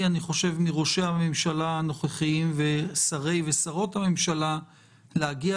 מראשי הממשלה הנוכחיים ושרי ושרות הממשלה להגיע